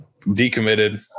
decommitted